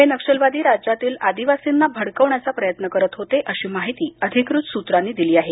हे नक्षलवादी राज्यातील आदिवासींना भडकवण्याचा प्रयत्न करीत होते अशी माहिती अधिकृत सूत्रांनी दिली आहे